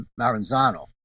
Maranzano